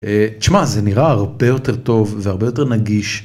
תשמע זה נראה הרבה יותר טוב והרבה יותר נגיש.